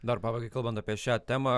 dar pabaigai kalbant apie šią temą